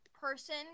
person